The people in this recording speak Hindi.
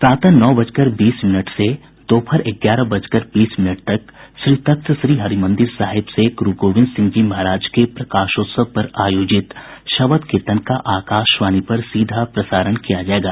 प्रातः नौ बजकर बीस मिनट से दोपहर ग्यारह बजकर बस मिनट तक श्री तख्त हरिमंदिर साहिब से गुरू गोविंद सिंह जी महाराज के प्रकोत्सव पर आयोजित शब्द कीर्तन की आकाशवाणी से सीधा प्रसारण किया जायेगा